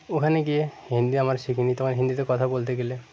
ওখানে গিয়ে হিন্দি আমার শিখিনি তোমায় হিন্দিতে কথা বলতে গেলে